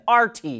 RT